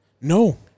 No